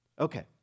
Okay